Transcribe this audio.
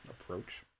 approach